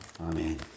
Amen